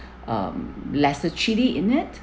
um lesser chilli in it